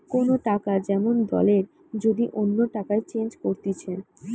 কোন টাকা যেমন দলের যদি অন্য টাকায় চেঞ্জ করতিছে